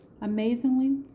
amazingly